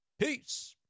Peace